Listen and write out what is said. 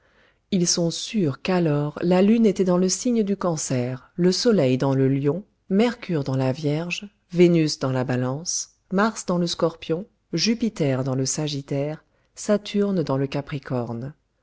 ils sont sûrs qu'alors la lune était dans le signe du cancer le soleil dans le lion mercure dans la vierge vénus dans la balance mars dans le scorpion jupiter dans le sagittaire saturne dans le capricorne